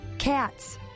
Cats